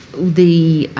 the